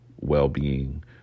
well-being